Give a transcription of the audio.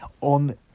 on